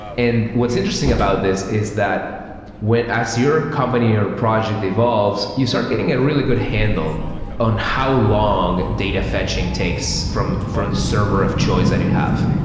and what's interesting about this is that as your company or project evolves, you start getting a really good handle on how long data fetching takes from from the server of choice that you have.